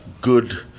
good